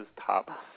top